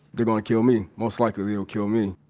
they're gonna kill me. most likely they'll kill me.